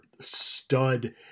stud